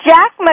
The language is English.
Jack